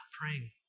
praying